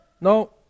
No